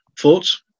Thoughts